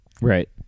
right